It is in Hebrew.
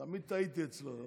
תמיד טעיתי אצלו.